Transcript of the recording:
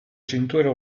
cintura